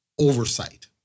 oversight